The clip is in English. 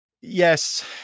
yes